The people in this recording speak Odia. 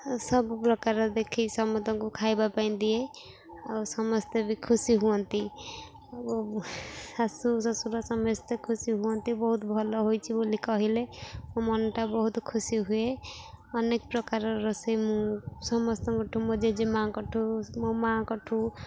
ସବୁ ପ୍ରକାର ଦେଖି ସମସ୍ତଙ୍କୁ ଖାଇବା ପାଇଁ ଦିଏ ଆଉ ସମସ୍ତେ ବି ଖୁସି ହୁଅନ୍ତି ଶାଶୁ ଶ୍ୱଶୁରା ସମସ୍ତେ ଖୁସି ହୁଅନ୍ତି ବହୁତ ଭଲ ହୋଇଛି ବୋଲି କହିଲେ ମୋ ମନଟା ବହୁତ ଖୁସି ହୁଏ ଅନେକ ପ୍ରକାର ରୋଷେଇ ମୁଁ ସମସ୍ତଙ୍କଠୁ ମୋ ଜେଜେମାଆଙ୍କଠୁ ମୋ ମାଆଙ୍କଠୁ